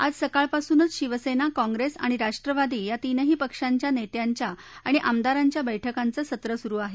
आज सकाळपासूनच शिवसेना काँग्रेस आणि राष्ट्रवादी या तीनही पक्षांच्या नेत्यांच्या आणि आमदारांच्या बैठकांचं सत्र सुरू आहे